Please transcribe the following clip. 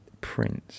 Prince